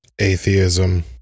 Atheism